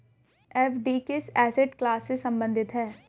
FD किस asset class से संबंधित है?